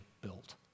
built